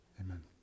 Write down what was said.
Amen